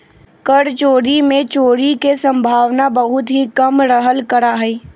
कर चोरी में चोरी के सम्भावना बहुत ही कम रहल करा हई